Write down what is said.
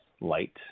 light